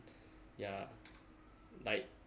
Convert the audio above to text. ya like